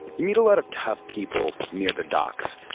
you meet a lot of tough people near the docks,